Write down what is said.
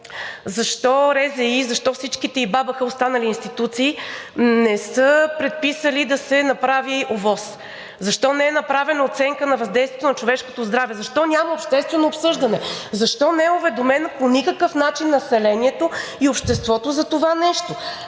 защо РЗИ, защо БАБХ и всичките останали институции не са предписали да се направи ОВОС? Защо не е направена оценка на въздействието на човешкото здраве? Защо няма обществено обсъждане? Защо не е уведомено по никакъв начин населението и обществото за това нещо?